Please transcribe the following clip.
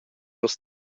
nus